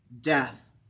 death